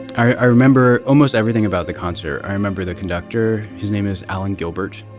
i remember almost everything about the concert. i remember the conductor. his name is alan gilbert.